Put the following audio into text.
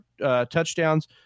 touchdowns